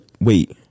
wait